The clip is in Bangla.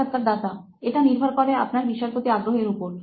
সাক্ষাৎকারদাতা এটা নির্ভর করে আপনার বিষয়ের প্রতি আগ্রহের উপর